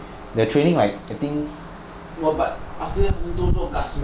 their training like I think 做 guards 他们做 guards men